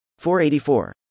484